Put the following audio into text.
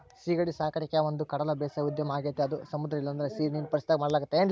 ಸೀಗಡಿ ಸಾಕಣಿಕೆ ಒಂದುಕಡಲ ಬೇಸಾಯ ಉದ್ಯಮ ಆಗೆತೆ ಅದು ಸಮುದ್ರ ಇಲ್ಲಂದ್ರ ಸೀನೀರಿನ್ ಪರಿಸರದಾಗ ಮಾಡಲಾಗ್ತತೆ